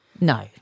No